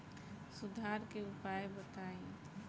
सुधार के उपाय बताई?